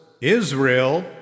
Israel